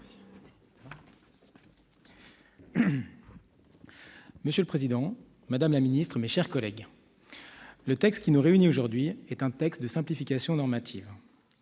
Monsieur le président, madame la ministre, mes chers collègues, le texte qui nous réunit aujourd'hui est un texte de simplification normative.